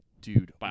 Dude